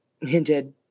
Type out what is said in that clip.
hinted